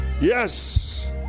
Yes